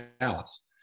Dallas